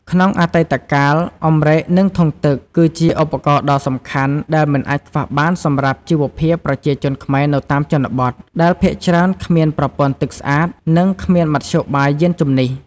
ក្នុងអតីតកាល អម្រែក និងធុងទឹក គឺជាឧបករណ៍ដ៏សំខាន់ដែលមិនអាចខ្វះបានសម្រាប់ជីវភាពប្រជាជនខ្មែរនៅតាមជនបទ ដែលភាគច្រើនគ្មានប្រព័ន្ធទឹកស្អាត និងគ្មានមធ្យោបាយយាន្តជំនិះ។